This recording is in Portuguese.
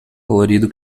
colorido